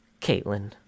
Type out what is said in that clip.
caitlin